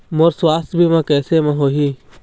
मोर सुवास्थ बीमा कैसे म होही?